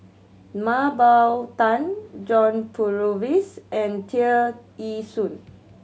Mah Bow Tan John Purvis and Tear Ee Soon